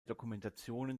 dokumentationen